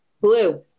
Blue